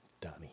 Donnie